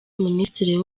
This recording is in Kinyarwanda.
minisitiri